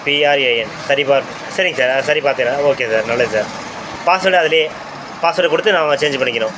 PRAN சரி பார்ப்பு சரிங்க சார் சரி பாத்துடுறேன் ஓகே சார் நல்லது சார் பாஸ்வேர்டு அதுலேயே பாஸ்வேர்டு கொடுத்து நான் சேஞ்சு பண்ணிக்கிறோம்